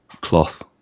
cloth